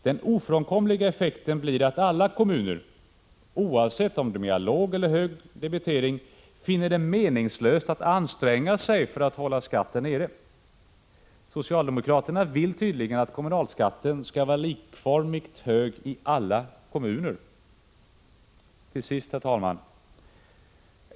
Den ofrånkomliga effekten blir att alla kommuner — oavsett om de har låg eller hög debitering — finner det meningslöst att anstränga sig för att hålla skatten nere. Socialdemokraterna vill tydligen att kommunalskatten skall vara likformigt hög i alla kommuner. Till sist, herr talman!